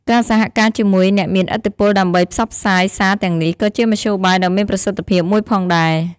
ការសហការជាមួយអ្នកមានឥទ្ធិពលដើម្បីផ្សព្វផ្សាយសារទាំងនេះក៏ជាមធ្យោបាយដ៏មានប្រសិទ្ធភាពមួយផងដែរ។